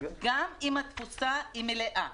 גם אם התפוסה מלאה.